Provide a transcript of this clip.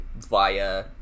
via